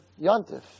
yontif